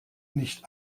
nicht